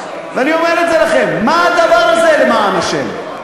ואני אומר את זה לכם: מה הדבר הזה, למען השם?